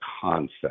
concept